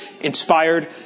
inspired